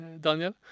Daniel